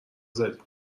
زدیم